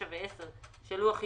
9 ו-10 של לוח י',